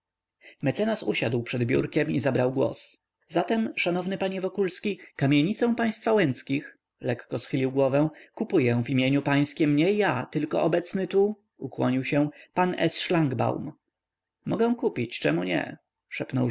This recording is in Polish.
mecenas usiadł przed biurkiem i zabrał głos zatem szanowny panie wokulski kamienicę państwa łęckich lekko schylił głowę kupuję w imieniu pańskiem nie ja tylko obecny tu ukłonił się pan s szlangbaum mogę kupić czemu nie szepnął